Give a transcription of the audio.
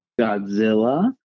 Godzilla